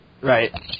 Right